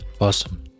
awesome